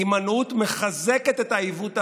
הימנעות מחזקת את העיוות הראשוני,